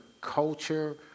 culture